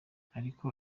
ariko